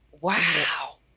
wow